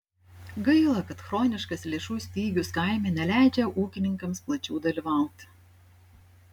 gaila kad chroniškas lėšų stygius kaime neleidžia ūkininkams plačiau dalyvauti